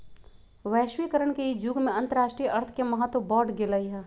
वैश्वीकरण के इ जुग में अंतरराष्ट्रीय अर्थ के महत्व बढ़ गेल हइ